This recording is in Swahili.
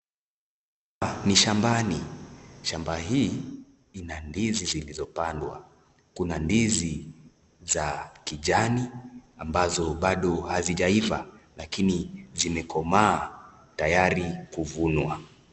Ni shambani, shamba hii ina ndizi zilizopandwa. Kuna ndizi za kijani ambazo bado hazijaiva lakini zimekomaa tayari kuvunwa.